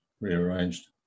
rearranged